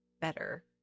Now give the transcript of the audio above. better